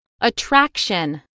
Attraction